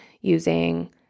using